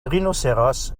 rhinocéros